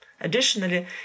Additionally